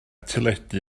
teledu